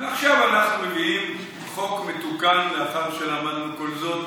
ועכשיו אנחנו מביאים חוק מתוקן לאחר שלמדנו כל זאת.